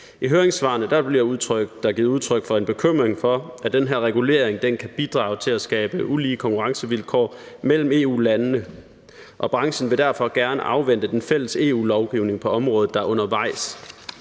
I høringssvarene bliver der givet udtryk for en bekymring for, at den her regulering kan bidrage til at skabe ulige konkurrencevilkår mellem EU-landene, og branchen vil derfor gerne afvente den fælles EU-lovgivning på området, der er undervejs.